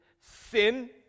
sin